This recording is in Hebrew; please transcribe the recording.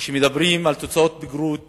כשמדברים על תוצאות בגרות